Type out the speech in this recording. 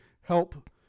help